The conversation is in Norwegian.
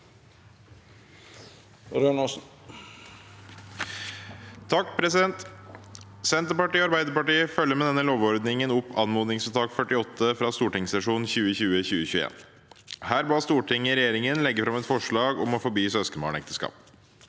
Rønaasen (Sp) Senterparti- et og Arbeiderpartiet følger med denne lovendringen opp anmodningsvedtak 48 fra stortingssesjonen 2020– 2021. Her ba Stortinget regjeringen legge fram et forslag om å forby søskenbarnekteskap.